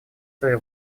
свое